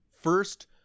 first